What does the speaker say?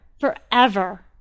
forever